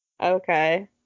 Okay